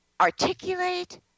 articulate